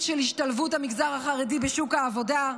של השתלבות המגזר החרדי בשוק העבודה,